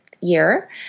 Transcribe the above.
year